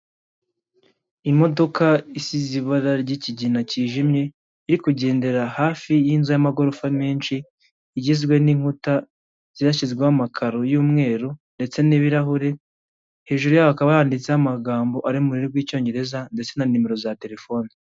Imodoka isize ibara ry'ikigina cyijimye, iri kugendera hafi y'inzu y'amagorofa menshi, igizwe n'inkuta zashyizweho amakaro y'umweru ndetse n'ibirahuri. Hejuru yaho hakaba handitseho amagambo ari mururimi rw'icyongereza ndetse na numero za telefoni.